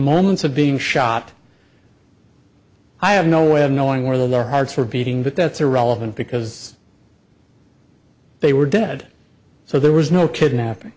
moments of being shot i have no way of knowing where their hearts were beating but that's irrelevant because they were dead so there was no kidnapping